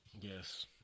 Yes